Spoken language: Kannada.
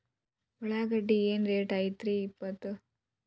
ಉಳ್ಳಾಗಡ್ಡಿ ಏನ್ ರೇಟ್ ಐತ್ರೇ ಇಪ್ಪತ್ತು?